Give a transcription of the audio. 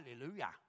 Hallelujah